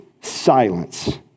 silence